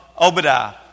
Obadiah